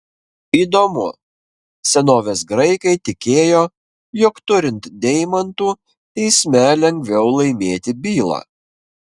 įdomu senovės graikai tikėjo jog turint deimantų teisme lengviau laimėti bylą